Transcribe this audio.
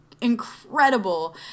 incredible